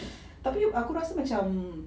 tapi aku rasa macam